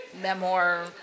memoir